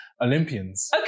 Olympians